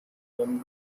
home